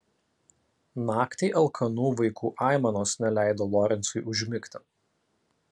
naktį alkanų vaikų aimanos neleido lorencui užmigti